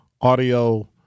audio